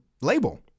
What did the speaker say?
label